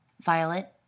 Violet